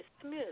smooth